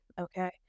okay